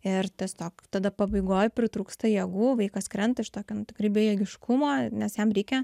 ir tiesiog tada pabaigoj pritrūksta jėgų vaikas krenta iš tokio nu tikrai bejėgiškumo nes jam reikia